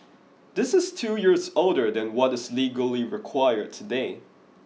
this is two years older than what is legally required today